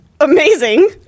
Amazing